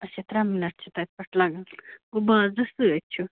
اچھا ترٛےٚ مِنَٹ چھِ تَتہِ پٮ۪ٹھ لَگان گوٚو بازرَس سۭتۍ چھُ